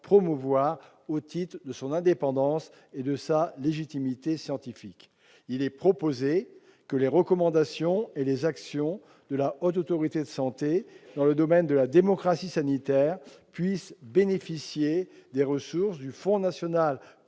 promouvoir, au titre de son indépendance et de sa légitimité scientifique. Il est proposé que les recommandations et les actions de la Haute Autorité de santé dans le domaine de la démocratie sanitaire puissent bénéficier des ressources du Fonds national